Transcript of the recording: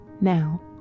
now